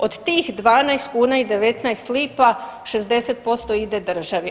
Od tih 12 kuna i 19 lipa, 60% ide državi.